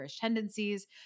tendencies